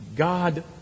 God